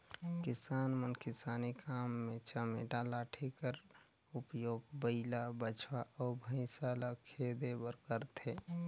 किसान मन किसानी काम मे चमेटा लाठी कर उपियोग बइला, बछवा अउ भइसा ल खेदे बर करथे